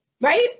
right